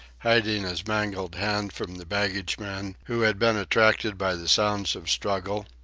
hiding his mangled hand from the baggageman, who had been attracted by the sounds of struggle.